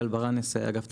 אני מאגף תקציבים.